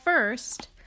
First